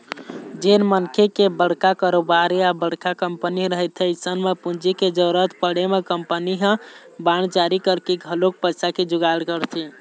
जेन मनखे के बड़का कारोबार या बड़का कंपनी रहिथे अइसन म पूंजी के जरुरत पड़े म कंपनी ह बांड जारी करके घलोक पइसा के जुगाड़ करथे